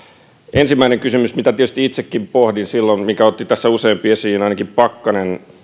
ensimmäinen kysymys mitä tietysti itsekin pohdin silloin ja minkä otti tässä useampi esiin ainakin pakkanen